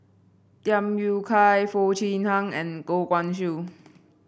Tham Yui Kai Foo Chee Han and Goh Guan Siew